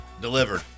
delivered